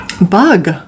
Bug